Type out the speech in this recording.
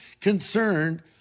concerned